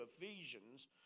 Ephesians